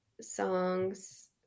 songs